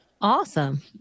Awesome